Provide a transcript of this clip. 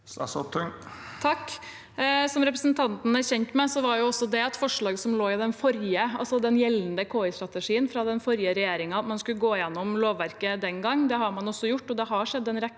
Som repre- sentanten er kjent med, var det et forslag som lå i den gjeldende KI-strategien fra den forrige regjeringen, at man skulle gå igjennom lovverket. Det har man også gjort, og det har skjedd en rekke